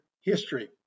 history